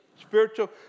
spiritual